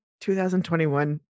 2021